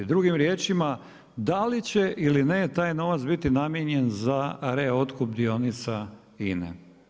Drugim riječima, da li će ili ne taj novac biti namijenjen za reotkup dionica INA-e.